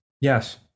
Yes